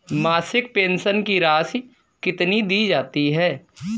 मासिक पेंशन की राशि कितनी दी जाती है?